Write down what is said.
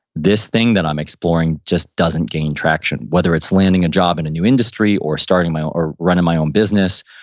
this thing that i'm exploring just doesn't gain traction? whether it's landing a job in a new industry or starting my own or running my own business,